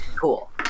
Cool